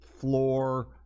floor